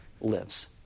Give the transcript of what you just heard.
lives